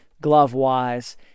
glove-wise